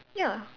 ya